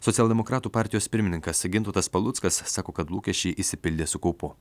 socialdemokratų partijos pirmininkas gintautas paluckas sako kad lūkesčiai išsipildė su kaupu